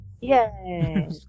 Yay